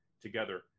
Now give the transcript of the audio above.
together